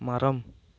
மரம்